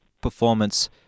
performance